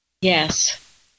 Yes